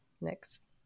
Next